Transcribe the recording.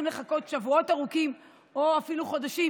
לחכות שבועות ארוכים או אפילו חודשים.